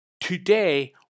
today